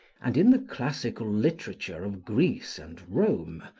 and in the classical literature of greece and rome,